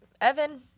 Evan